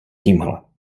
tímhle